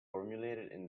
formulated